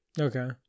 Okay